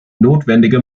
notwendige